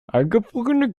eingefrorene